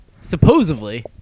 Supposedly